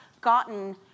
gotten